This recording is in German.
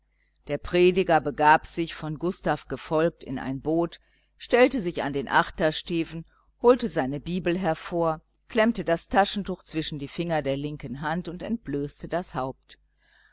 der prediger begab sich von gustav gefolgt in ein boot stellte sich an den achtersteven holte seine bibel hervor klemmte das taschentuch zwischen die finger der linken hand und entblößte das haupt